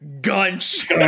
Gunch